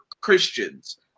Christians